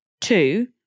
two